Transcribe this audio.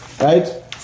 right